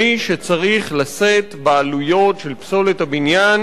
מי שצריך לשאת בעלויות של פסולת הבניין